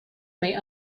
may